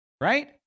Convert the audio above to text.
Right